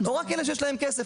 או רק אלה שיש להם כסף?